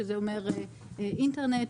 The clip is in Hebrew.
שזה אומר: אינטרנט,